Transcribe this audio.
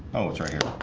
oh, it's right,